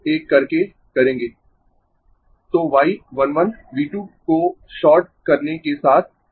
तो y 1 1 V 2 को short करने के साथ I 1 V 1 है